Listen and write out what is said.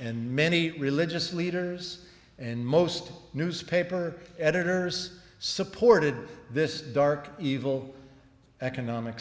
and many religious leaders and most newspaper editors supported this dark evil economic